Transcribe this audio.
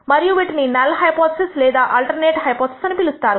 మీరు వీటిని null hypothesis లేదా ఆల్టర్నేట్ హైపోథిసిస్ అని పిలుస్తారు